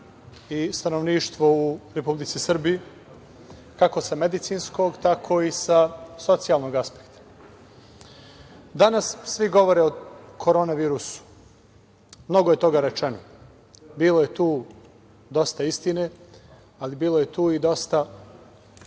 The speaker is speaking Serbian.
i stanovništvo u Republici Srbiji, kako sa medicinskog tako i sa socijalnog aspekta. Danas svi govore o korona virusu. Mnogo je toga rečeno. Bilo je tu dosta istine, ali bilo je tu i dosta,